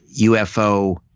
UFO